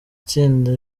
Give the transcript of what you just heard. tsinda